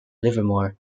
livermore